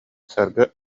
саргы